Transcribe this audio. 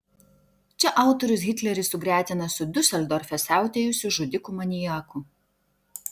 čia autorius hitlerį sugretina su diuseldorfe siautėjusiu žudiku maniaku